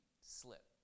slip